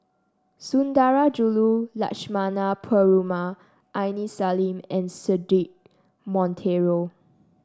Sundarajulu Lakshmana Perumal Aini Salim and Cedric Monteiro